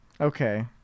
Okay